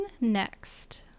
next